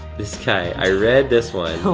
this guy, i read this one.